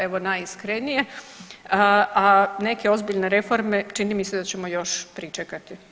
Evo najiskrenije, a neke ozbiljne reforme čini mi se da ćemo još pričekati.